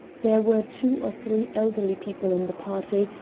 there were two or three elderly people in the party,